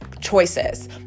choices